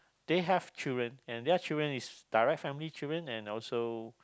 they have children and their children is direct family children and also